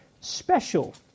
special